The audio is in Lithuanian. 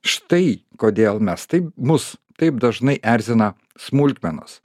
štai kodėl mes taip mus taip dažnai erzina smulkmenos